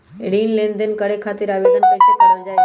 ऋण लेनदेन करे खातीर आवेदन कइसे करल जाई?